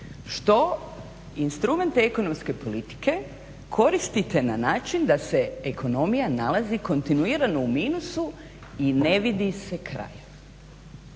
što instrumente ekonomske politike koristite na način da se ekonomija nalazi kontinuirano u minusu i ne vidi se kraja.